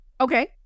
Okay